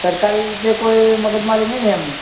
સરકારી રીતે કોઈ મગજમારી નહીં ને એમ